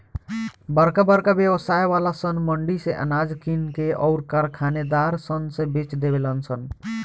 बरका बरका व्यवसाय वाला सन मंडी से अनाज किन के अउर कारखानेदार सन से बेच देवे लन सन